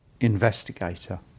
investigator